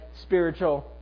spiritual